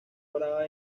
brava